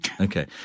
Okay